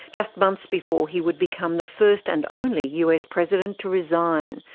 just months before he would become the first and only us president to resign,